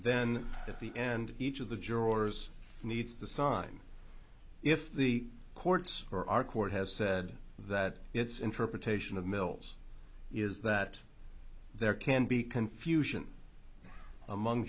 then at the end each of the jurors needs to sign if the court's or our court has said that its interpretation of mills is that there can be confusion among